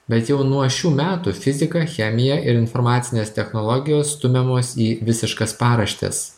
bet jau nuo šių metų fizika chemija ir informacinės technologijos stumiamos į visiškas paraštes